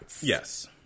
Yes